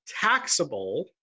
taxable